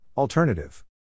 Alternative